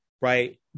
right